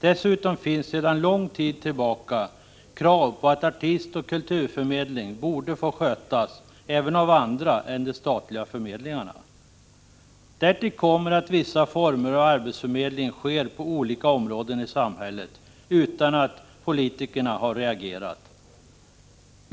Dessutom finns sedan lång tid tillbaka krav på att artistoch kulturförmedling borde få skötas även av andra än de statliga förmedlingarna. Därtill kommer att vissa former av arbetsförmedling sker på olika områden i samhället utan att politikerna har reagerat.